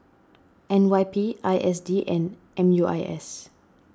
N Y P I S D and M U I S